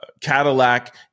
Cadillac